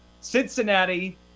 Cincinnati